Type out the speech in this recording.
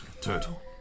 Turtle